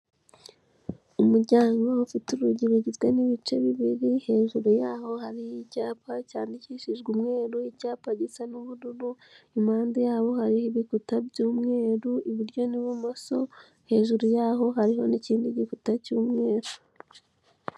Umuryango ufite urugi rugizwe n'ibice bibiri, hejuru y'aho hariho icyapa cyandikishijwe umweru, icyapa gisa n'ubururu, impande yabo hariho ibikuta by'umweru iburyo n'ibumoso, hejuru yaho hariho n'ikindi gikuta cy'umweru.